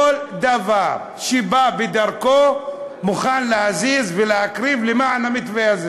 כל דבר שבא בדרכו הוא מוכן להזיז ולהקריב למען המתווה הזה,